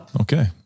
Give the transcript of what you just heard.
Okay